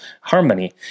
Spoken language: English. harmony